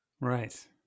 Right